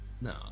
No